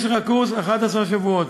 משך הקורס 11 שבועות.